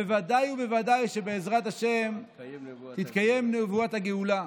בוודאי ובוודאי שבעזרת השם תתקיים נבואת הגאולה.